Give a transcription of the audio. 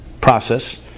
process